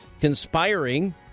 conspiring